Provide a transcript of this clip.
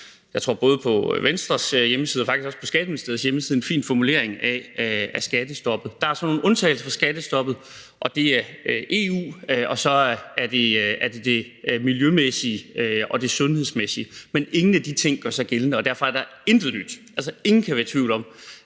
ligger – både på Venstres hjemmeside og faktisk også på Skatteministeriets hjemmeside, tror jeg – en fin formulering af skattestoppet. Der er så nogle undtagelser for skattestoppet, og det er i forhold til EU og så det miljømæssige og det sundhedsmæssige. Men ingen af de ting gør sig gældende, og derfor er der intet nyt. Altså, ingen kan være i tvivl om,